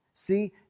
See